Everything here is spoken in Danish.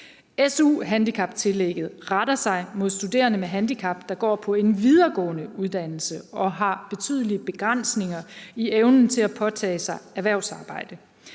SU-handicaptillægget retter sig mod studerende med handicap, der går på en videregående uddannelse og har betydelige begrænsninger i evnen til at påtage sig erhvervsarbejde.